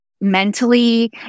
mentally